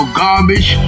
garbage